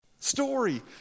Story